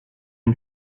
une